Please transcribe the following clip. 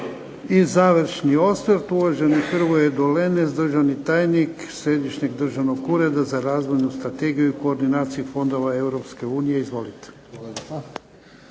I završni osvrt, uvaženi Hrvoje Dolenec, državni tajnik središnjeg Državnog ureda za razvojnu strategiju i koordinaciju fondova EU. Izvolite.